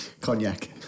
Cognac